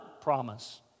promise